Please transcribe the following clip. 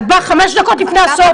את באה חמש דקות לפני הסוף,